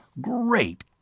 Great